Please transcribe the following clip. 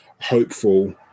hopeful